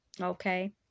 Okay